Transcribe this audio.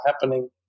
happening